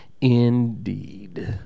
indeed